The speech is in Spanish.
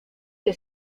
que